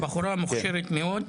בחורה מוכשרת מאוד,